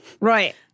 Right